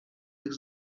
tych